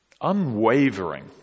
unwavering